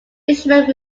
fishermen